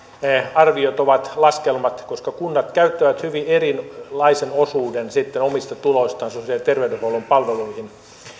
arviot laskelmat koska kunnat käyttävät hyvin erilaisen osuuden sitten omista tuloistaan sosiaali ja terveydenhuollon palveluihin